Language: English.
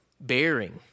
bearing